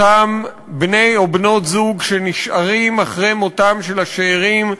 אותם בני או בנות זוג שנשארים אחרי מותם של הניצולים,